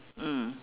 mm